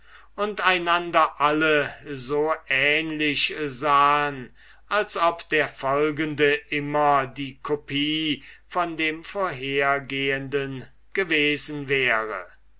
und einander alle so ähnlich sahen als ob der folgende immer die copie von dem vorhergehenden gewesen wäre